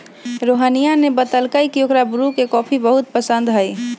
रोहिनीया ने बतल कई की ओकरा ब्रू के कॉफी बहुत पसंद हई